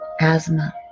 asthma